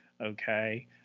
okay